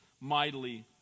mightily